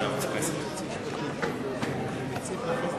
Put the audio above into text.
אדוני היושב-ראש,